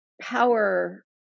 power